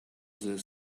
the